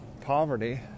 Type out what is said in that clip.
poverty